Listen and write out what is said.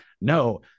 no